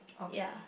ya